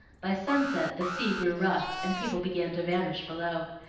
by sunset the sea grew rough and people began to vanish below.